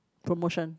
promotions